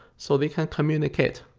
so they can communicate.